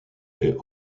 est